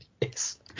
Yes